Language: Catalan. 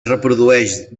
reprodueix